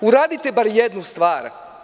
Uradite bar jednu stvar.